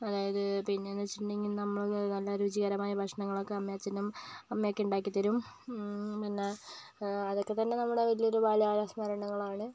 അതായത് പിന്നെയെന്നു വെച്ചിട്ടുണ്ടെങ്കിൽ നമ്മൾ നല്ല രുചികരമായ ഭക്ഷണങ്ങളൊക്കെ അമ്മയും അച്ഛനും അമ്മേയൊക്കെ ഉണ്ടാക്കി തരും പിന്നെ അതൊക്കെ തന്നെ നമ്മുടെ വലിയൊരു ബാല്യകാല സ്മരണകളാണ്